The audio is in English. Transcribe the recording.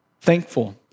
thankful